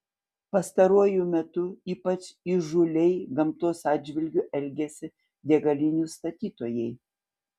pastaruoju metu ypač įžūliai gamtos atžvilgiu elgiasi degalinių statytojai